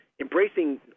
embracing